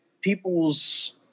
people's